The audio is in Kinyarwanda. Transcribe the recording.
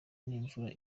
n’imvura